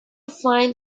find